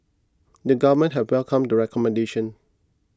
the government had welcomed the recommendations